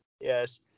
Yes